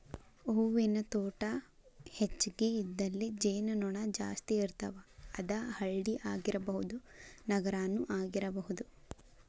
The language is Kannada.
ಹೂವಿನ ತೋಟಾ ಹೆಚಗಿ ಇದ್ದಲ್ಲಿ ಜೇನು ನೊಣಾ ಜಾಸ್ತಿ ಇರ್ತಾವ, ಅದ ಹಳ್ಳಿ ಆಗಿರಬಹುದ ನಗರಾನು ಆಗಿರಬಹುದು